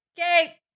okay